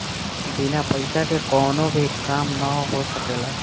बिना पईसा के कवनो भी काम ना हो सकेला